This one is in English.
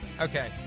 Okay